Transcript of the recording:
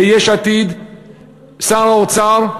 שר האוצר,